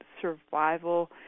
survival